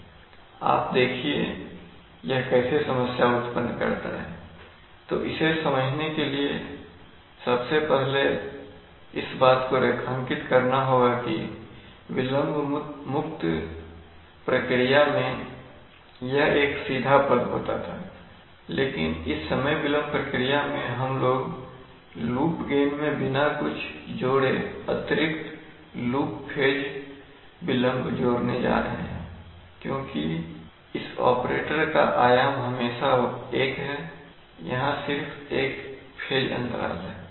अब आप देखिए यह कैसे समस्या उत्पन्न करता है तो इसे समझने के लिए सबसे पहले इस बात को रेखांकित करना होगा कि विलंब मुक्त प्रक्रिया में यह एक सीधा पद होता था लेकिन इस समय विलंब प्रक्रिया में हम लोग लूप गेन मैं बिना कुछ जोड़ें अतिरिक्त लूप फेज विलंब जोड़ने जा रहे हैं क्योंकि इस ऑपरेटर का आयाम हमेशा 1 है यहां सिर्फ एक फेज अंतराल है